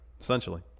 Essentially